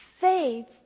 Faith